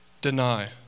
deny